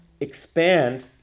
expand